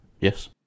Yes